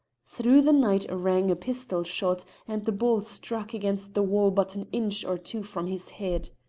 through the night rang a pistol shot, and the ball struck against the wall but an inch or two from his head.